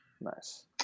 Nice